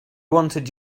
wanted